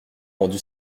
rendu